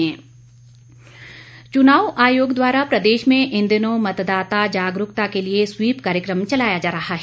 SVEEP चुनाव आयोग द्वारा प्रदेश में इन दिनों मतदाता जागरूकता के लिए स्वीप कार्यक्रम चलाया जा रहा है